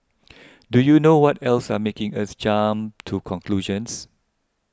do you know what else are making us jump to conclusions